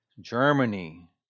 Germany